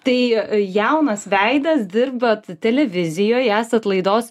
tai jaunas veidas dirbat televizijoj esat laidos